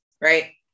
right